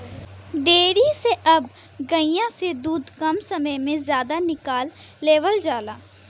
dairy से अब गइया से दूध कम समय में जादा निकाल लेवल जाला